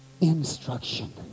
instruction